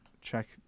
check